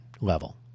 level